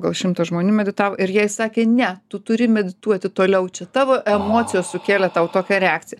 gal šimtas žmonių meditavo ir jai sakė ne tu turi medituoti toliau čia tavo emocijos sukėlė tau tokią reakciją